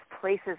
places